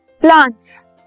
plants